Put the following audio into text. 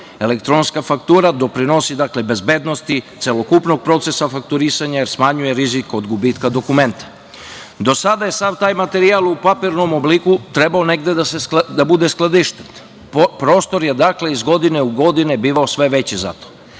Elektronska faktura doprinosi bezbednosti celokupnog procesa fakturisanja, jer smanjuje rizik od gubitka dokumenta. Do sada je sav taj materijal u papirnom obliku trebao negde da bude skladišten, prostor je dakle iz godine u godinu bivao sve veći zato,